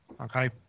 okay